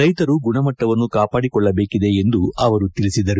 ರೈತರು ಗುಣಮಟ್ಟವನ್ನು ಕಾಪಾಡಿಕೊಳ್ಳಬೇಕಿದೆ ಎಂದು ಅವರು ತಿಳಿಸಿದರು